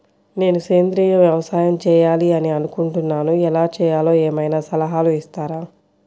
నేను సేంద్రియ వ్యవసాయం చేయాలి అని అనుకుంటున్నాను, ఎలా చేయాలో ఏమయినా సలహాలు ఇస్తారా?